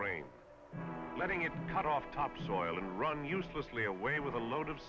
rain letting it cut off topsoil and run uselessly away with a load of